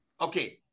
okay